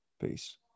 peace